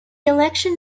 election